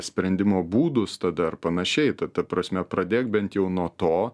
sprendimo būdus tada ar panašiai ta ta prasme pradėk bent jau nuo to